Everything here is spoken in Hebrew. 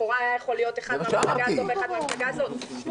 לכאורה היה יכול להיות אחד מהמפלגה הזאת ואחד מהמפלגה הזאת.